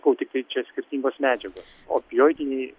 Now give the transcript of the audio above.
kol tiktai čia skirtingos medžiagos opioidiniai